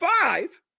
five